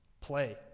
Play